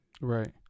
Right